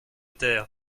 terre